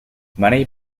money